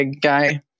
guy